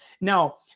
Now